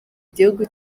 igihugu